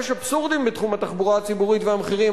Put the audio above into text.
יש אבסורדים בתחום התחבורה הציבורית והמחירים.